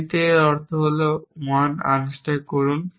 C তে যার অর্থ হল 1 আনস্ট্যাক করুন